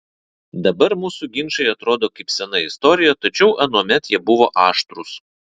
dabar mūsų ginčai atrodo kaip sena istorija tačiau anuomet jie buvo aštrūs